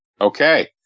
Okay